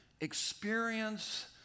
experience